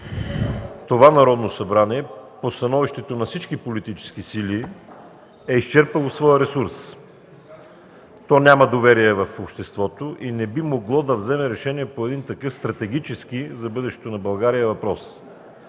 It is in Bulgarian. това Народно събрание по становището на всички политически сили е изчерпало своя ресурс. То няма доверие в обществото и не би могло да вземе решение по такъв стратегически за бъдещето на България въпрос